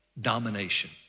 domination